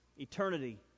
eternity